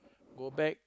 go back